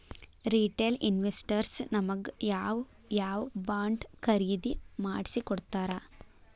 Retail investors ನಮಗ್ ಯಾವ್ ಯಾವಬಾಂಡ್ ಖರೇದಿ ಮಾಡ್ಸಿಕೊಡ್ತಾರ?